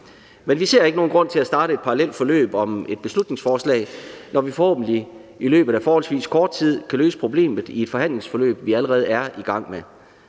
Men vi ser ikke nogen grund til at starte et parallelt forløb om et beslutningsforslag, når vi i løbet af forholdsvis kort tid forhåbentlig kan løse problemet i et forhandlingsforløb, vi allerede er i gang med.